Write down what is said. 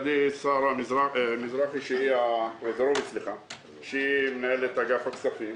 יושבת לידה שרה פריזרוביץ', מנהלת אגף הכספים.